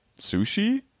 sushi